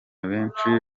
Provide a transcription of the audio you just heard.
benshi